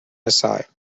aside